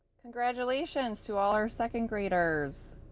congratulations to all our second graders!